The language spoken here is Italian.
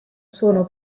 sono